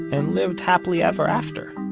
and lived happily ever after,